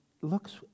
looks